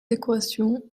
équations